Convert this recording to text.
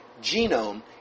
genome